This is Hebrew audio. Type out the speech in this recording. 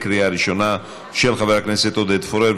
לוועדת הכלכלה נתקבלה.